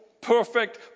perfect